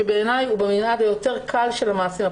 שבעיני הוא במנעד היותר קל של המעשים,